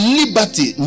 liberty